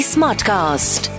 Smartcast